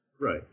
right